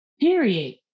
period